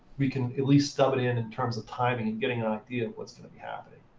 we can at least stub it in, in terms of timing and getting an idea of what's going to be happening.